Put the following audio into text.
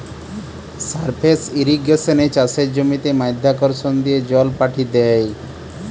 surface ইর্রিগেশনে চাষের জমিতে মাধ্যাকর্ষণ দিয়ে জল পাঠি দ্যায়